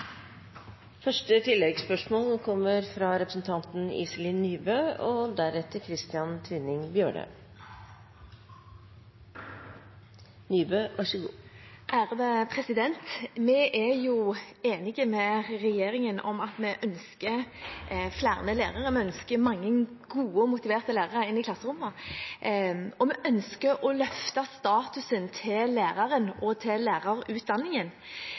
Iselin Nybø. Vi er enige med regjeringen om at vi ønsker flere lærere, vi ønsker mange gode og motiverte lærere inn i klasserommene, og vi ønsker å løfte statusen til læreren og lærerutdanningen. Det at lønn også har en betydning for å få til